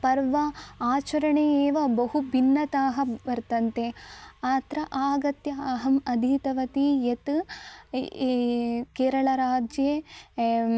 पर्वम् आचरणे एव बहु भिन्नताः वर्तन्ते अत्र आगत्य अहम् अधीतवती यत् य् केरलाराज्ये एवम्